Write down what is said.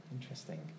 interesting